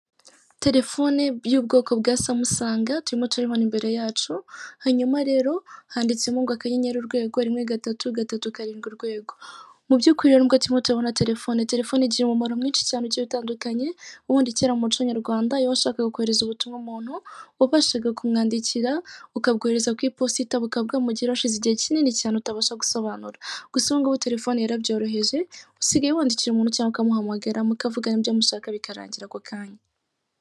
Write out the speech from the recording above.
Terefone y'ubwoko bwa Samsung turimo turayibona imbere yacu hanyuma rero handitsemo ngo akanyenyeri urwego rimwe gatatu gatatu karindwi urwego mubyukuri rero nubwo turimo turabona terefone, terefone igira umumaro mwinshi cyane ugiye utandukanye, ubundi kera mu muco nyarwanda iyo washakaga kohereza ubutumwa umuntu wabashaga kumwandikira ukabwohereza ku iposita bukaba bwamugeraho hashize igihe kinini cyane utabasha gusobanura gusa ubungubu terefone yarabyoroheje usigaye wandikira umuntu cyangwa ukamuhamagara mukavugana ibyo mushaka bikarangira ako kanya.